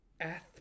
Ath